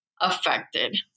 affected